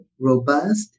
robust